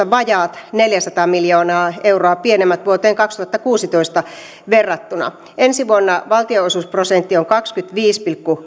vajaat neljäsataa miljoonaa euroa pienemmät vuoteen kaksituhattakuusitoista verrattuna ensi vuonna valtionosuusprosentti on kahdenkymmenenviiden pilkku